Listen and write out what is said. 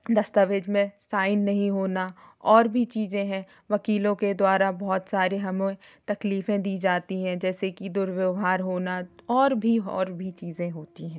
दस्तावेज़ में साइन नहीं होना और भी चीज़ें हैं वकीलों के द्वारा बहुत सारी हमें तकलीफ़ें दी जाती हैं जैसे कि दुर्व्यवहार होना और भी और भी चीज़ें होती हैं